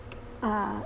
uh